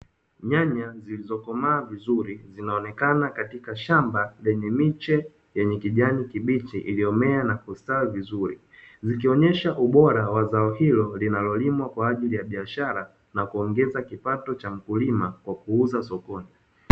Nyanya zilizokomaa vizuri zinaonekana katika shamba lenye miche yenye kijani kibichi iliyomea na kustawi vizuri, zikionyesha ubora wa zao hilo linalolimwa kwa ajili ya biashara na kuongeza kipato cha mkulima kwa kuuza sokoni.